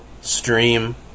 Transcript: stream